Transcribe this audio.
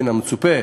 מן המצופה,